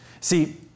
See